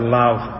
love